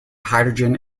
hydrogen